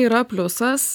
yra pliusas